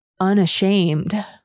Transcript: unashamed